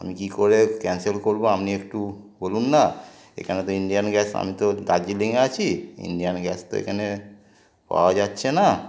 আমি কী করে ক্যান্সেল করবো আপনি একটু বলুন না এখানে তো ইন্ডিয়ান গ্যাস আমি তো দার্জিলিংয়ে আছি ইন্ডিয়ান গ্যাস তো এখানে পাওয়া যাচ্ছে না